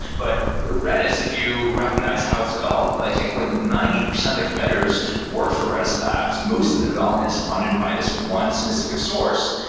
but redis, if you recognize how it's developed, i think like ninety percent of the committers work for redis labs. most of the development is funded by this one specific source.